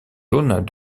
jaunes